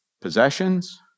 possessions